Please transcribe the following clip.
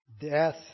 Death